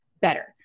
better